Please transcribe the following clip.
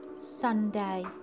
Sunday